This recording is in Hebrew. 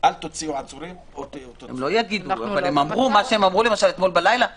לא יותר הגיוני שיהיה כתוב "יודיע מיידית"?